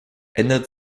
ändert